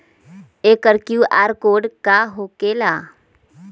एकर QR code का होकेला?